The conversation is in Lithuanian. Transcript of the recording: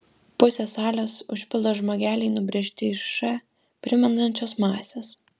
pusę salės užpildo žmogeliai nubrėžti iš š primenančios masės